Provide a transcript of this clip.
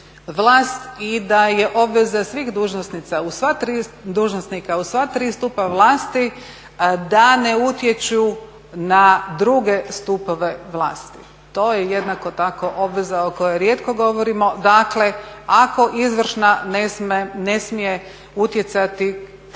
i da je obveza svih dužnosnika u sva tri stupa vlasti da ne utječu na druge stupove vlasti. To je jednako tako obveza o kojoj rijetko govorimo. Dakle, ako izvršna, ne smije utjecati